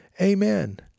Amen